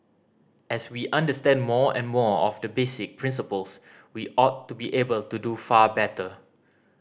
as we understand more and more of the basic principles we ought to be able to do far better